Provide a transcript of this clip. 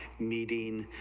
meeting,